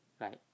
Right